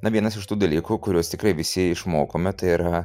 na vienas iš tų dalykų kuriuos tikrai visi išmokome tai yra